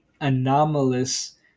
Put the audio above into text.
anomalous